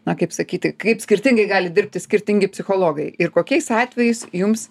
na kaip sakyti kaip skirtingai gali dirbti skirtingi psichologai ir kokiais atvejais jums